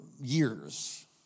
years